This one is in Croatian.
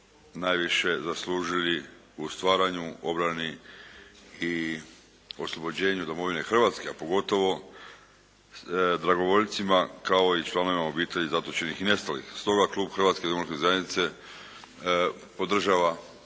najviše zaslužili u stvaranju obrani i oslobođenju domovine Hrvatske, a pogotovo dragovoljcima kao i članovima obitelji zatočenih i nestalih. Stoga klub Hrvatske demokratske zajednice podržava